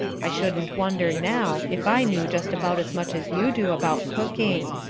i shouldn't wonder, now, if i knew just about as, much as you do about cooking.